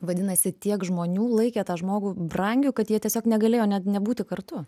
vadinasi tiek žmonių laikė tą žmogų brangiu kad jie tiesiog negalėjo net nebūti kartu